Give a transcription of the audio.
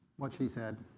what she said.